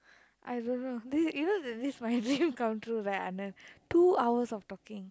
I don't know this is you know that this my dream come true right Anand two hours of talking